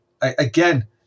again